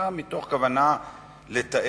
אלא מתוך כוונה לתאר